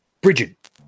bridget